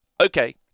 Okay